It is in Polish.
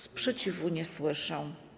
Sprzeciwu nie słyszę.